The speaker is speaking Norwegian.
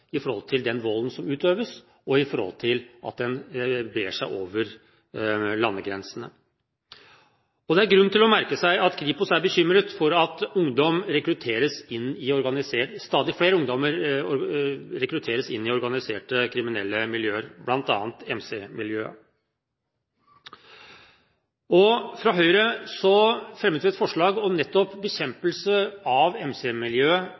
den volden som utøves, og den brer seg over landegrensene. Det er grunn til å merke seg at Kripos er bekymret for at stadig flere ungdommer rekrutteres til organiserte kriminelle miljøer, bl.a. MC-miljøet. Høyre fremmet et forslag nettopp om bekjempelse av énprosent MC-miljøet i fjor, og vi fikk enstemmig tilslutning fra